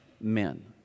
men